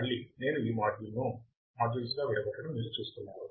మళ్ళీ నేను ఈ మాడ్యూల్ను మాడ్యూల్స్గా విడగొట్టడం మీరు చూస్తున్నారు